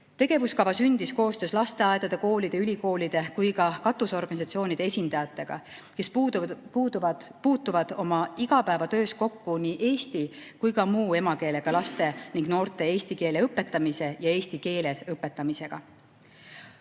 Tegevuskava sündis koostöös lasteaedade, koolide ja ülikoolide ning katusorganisatsioonide esindajatega, kes puutuvad oma igapäevatöös kokku nii eesti kui ka muu emakeelega lastele ja noortele eesti keele õpetamisega ja eesti keeles õpetamisega.